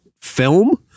film